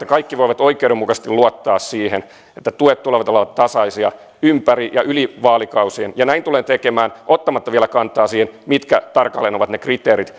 kaikki voivat oikeudenmukaisesti luottaa siihen että tuet ovat tasaisia ympäri ja yli vaalikausien näin tulen tekemään ottamatta vielä kantaa siihen mitkä tarkalleen ovat ne kriteerit